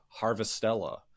Harvestella